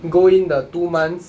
go in the two months